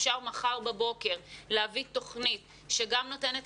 אפשר מחר בבוקר להביא תוכנית שגם נותנת